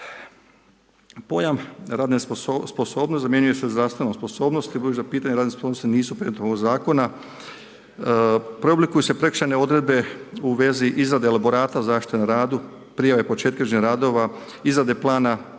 Pojam radne sposobnosti zamjenjuju se zdravstvenom sposobnosti. Budući da pitanje radne sposobnosti nisu predmet ovog zakona, preoblikuju se prekršajne odredbe u vezi izrade elaborata zaštite na radu, prijave početka … radova, izrade plana,